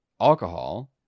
alcohol